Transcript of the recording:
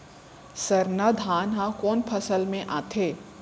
सरना धान ह कोन फसल में आथे?